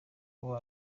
abo